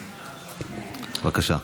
בבקשה.